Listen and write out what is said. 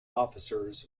officers